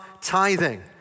tithing